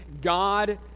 God